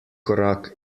korak